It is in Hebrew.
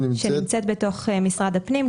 שנמצאת בתוך משרד הדתות,